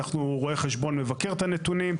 רואה חשבון מבקר את הנתונים,